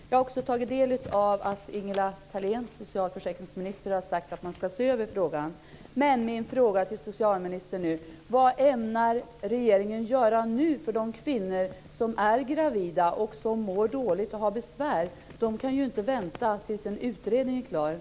Jag har också tagit del av att socialförsäkringsminister Ingela Thalén har sagt att man ska se över frågan.